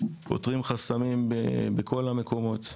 פותרים חסמים בכל המקומות,